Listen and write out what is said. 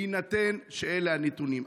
בהינתן שאלה הנתונים,